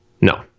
No